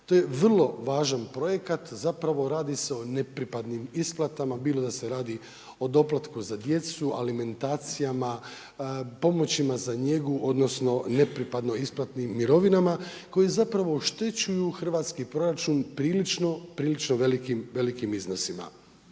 To je vrlo važan projekat, zapravo radi se o nepripadnim isplatama, bilo da se radi o doplatku za djecu, alimentacijama, pomoći za njegu, odnosno nepripadnim isplati mirovinama koji zapravo oštećuju hrvatski proračun prilično velikim iznosima